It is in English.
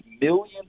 millions